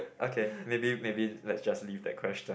okay maybe maybe let's just leave that question